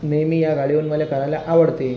नेहमी या गाडीवर मला करायला आवडते